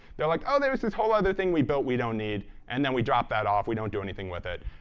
like, oh, there was this whole other thing we built we don't need, and then we drop that off. we don't do anything with it.